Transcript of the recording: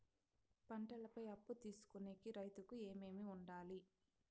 పంటల పై అప్పు తీసుకొనేకి రైతుకు ఏమేమి వుండాలి?